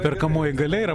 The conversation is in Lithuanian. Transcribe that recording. perkamoji galia yra